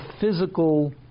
physical